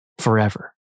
forever